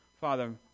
Father